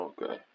Okay